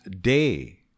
day